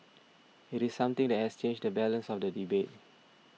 it is something that has changed the balance of the debate